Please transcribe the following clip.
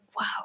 wow